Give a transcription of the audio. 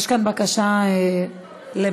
יש כאן בקשה למסך.